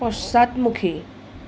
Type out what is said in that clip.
পশ্চাদমুখী